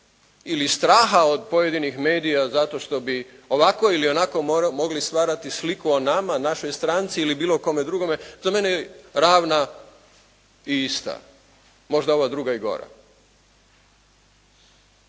ili straha od pojedinih medija zato što bi ovako ili onako mogli stvarati sliku o nama, našoj stranci ili bilo kome drugome, to mene ravna i ista. Možda ova druga i gora.